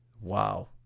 Wow